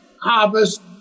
harvest